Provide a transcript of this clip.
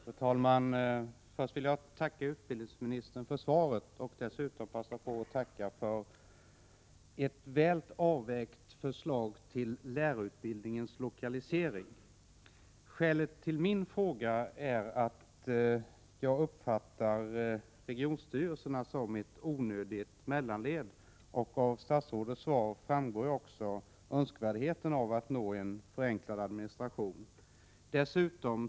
Fru talman! Först vill jag tacka utbildningsministern för svaret och dessutom passa på att tacka för ett väl avvägt förslag till lokalisering av lärarutbildningen. Skälet till min fråga är att jag uppfattar regionstyrelserna som ett onödigt mellanled. Av statsrådets svar framgår ju också önskvärdheten av att nå en förenklad administration.